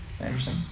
Interesting